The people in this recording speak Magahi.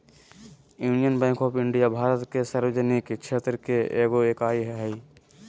union Bank of India Bharat के सार्वजनिक क्षेत्र के एगो इकाई हइ